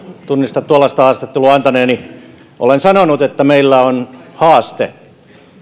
tunnista tuollaista haastattelua antaneeni olen sanonut että meillä on haaste